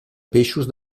peixos